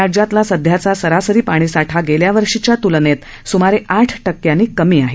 राज्यातला सध्याचा सरासरी पाणीसाठा गेल्या वर्षीच्या तुलनेत सुमारे आठ टक्क्यांनी कमी आहे